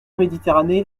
méditerranée